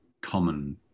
common